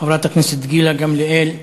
חברת הכנסת גילה גמליאל,